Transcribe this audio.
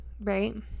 right